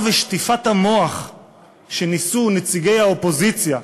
ושטיפת המוח שניסו נציגי האופוזיציה,